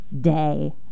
day